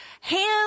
hands